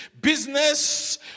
business